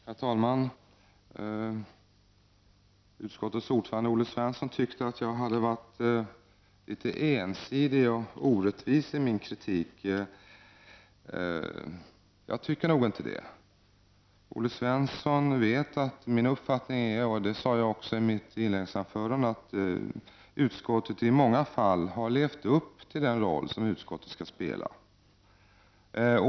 Herr talman! Utskottets ordförande Olle Svensson tyckte att jag hade varit ensidig och orättvis i min kritik. Jag tycker inte det. Olle Svensson vet att min uppfattning är — det sade jag också i mitt inledningsanförande — att utskottet i många fall har levt upp till den roll som utskottet skall spela.